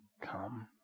come